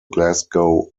glasgow